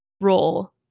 role